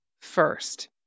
first